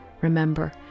remember